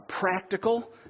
practical